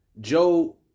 Joe